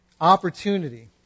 opportunity